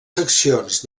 seccions